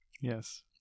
Yes